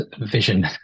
Vision